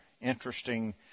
Interesting